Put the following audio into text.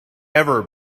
ever